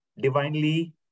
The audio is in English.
divinely